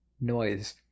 noise